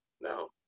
No